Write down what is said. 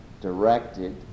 directed